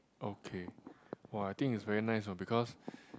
okay [wah] I think it's very nice you know because